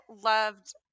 loved